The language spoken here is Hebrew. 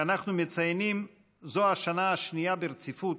שאנחנו מציינים זו השנה השנייה ברציפות,